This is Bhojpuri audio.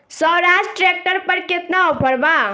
स्वराज ट्रैक्टर पर केतना ऑफर बा?